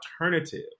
alternative